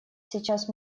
сейчас